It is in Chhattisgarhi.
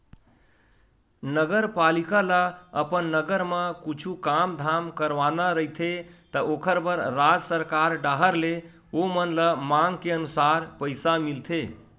नगरपालिका ल अपन नगर म कुछु काम धाम करवाना रहिथे त ओखर बर राज सरकार डाहर ले ओमन ल मांग के अनुसार पइसा मिलथे